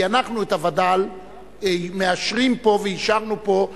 כי אנחנו את הווד"ל מאשרים פה ואישרנו פה,